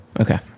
Okay